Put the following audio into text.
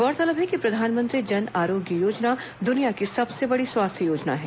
गोरतलब है कि प्रधानमंत्री जन आरोग्य योजना दुनिया की सबसे बड़ी स्वास्थ्य योजना है